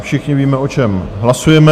Všichni víme, o čem hlasujeme.